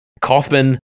Kaufman